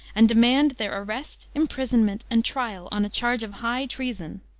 and demand their arrest, imprisonment, and trial, on a charge of high treason.